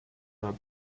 her